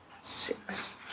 six